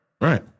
Right